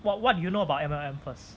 what what do you know about M_L_M first